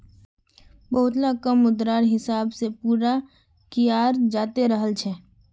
बहुतला काम मुद्रार हिसाब से पूरा कियाल जाते रहल छे